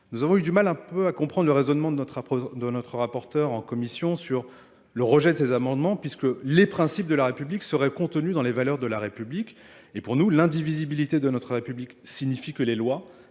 Nous avons eu du mal un peu à comprendre le raisonnement de notre rapporteur en commission sur le rejet de ces amendements puisque les principes de la République seraient contenus dans les valeurs de la République. Et pour nous, l'indivisibilité de notre République signifie que les lois